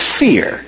fear